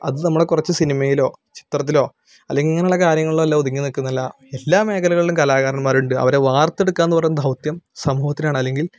അത് നമ്മുടെ കുറച്ച് സിനിമയിലോ ചിത്രത്തിലോ അല്ലെങ്കിൽ ഇങ്ങനെയുള്ള കാര്യങ്ങളിൽ അല്ല ഒതുങ്ങി നിൽക്കുന്നതല്ല എല്ലാ മേഖലകളിലും കലാകാരന്മാരുണ്ട് അവരെ വാർത്തെടുക്കുക എന്ന് പറയുന്ന ദൗത്യം സമൂഹത്തിനാണ് അല്ലെങ്കിൽ